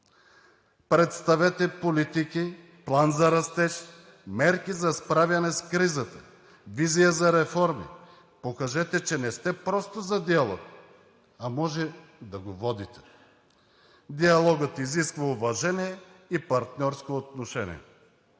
Представете политики, план за растеж, мерки за справяне с кризата, визия за реформи. Покажете, че не сте просто за диалога, а можете да го водите. Диалогът изисква уважение и партньорско отношение,